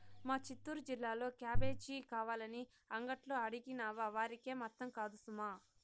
మా చిత్తూరు జిల్లాలో క్యాబేజీ కావాలని అంగట్లో అడిగినావా వారికేం అర్థం కాదు సుమా